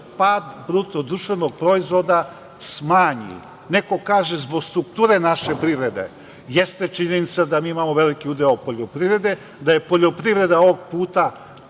da taj pad BDP smanji. Neko kaže zbog strukture naše privrede. Jeste činjenica da mi imamo veliki udeo poljoprivrede, da je poljoprivreda ovog puta